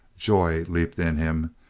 joy leaped in him.